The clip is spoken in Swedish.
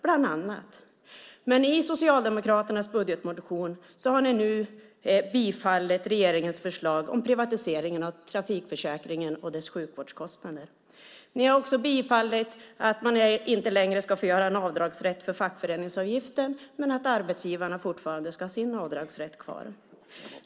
Men i budgetmotionen har ni socialdemokrater nu bifallit regeringens förslag om privatiseringen av trafikförsäkringen och dess sjukvårdskostnader. Ni har också bifallit att man inte längre ska få göra avdrag för fackföreningsavgiften men att arbetsgivarna ska ha kvar sin avdragsrätt.